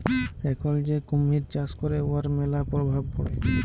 এখল যে কুমহির চাষ ক্যরে উয়ার ম্যালা পরভাব পড়ে